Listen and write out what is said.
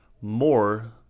more